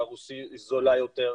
ברוסי היא זולה יותר,